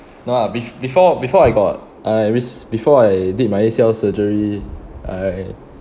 no ah be~ before before I got I risk before I did my A_C_L surgery I